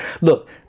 Look